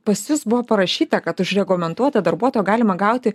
pas jus buvo parašyta kad už rekomenduotą darbuotoją galima gauti